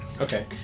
Okay